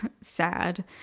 sad